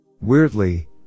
Weirdly